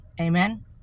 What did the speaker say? amen